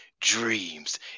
dreams